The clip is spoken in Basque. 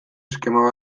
eskema